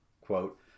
quote